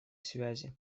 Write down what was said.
связи